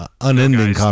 Unending